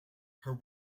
her